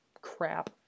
crap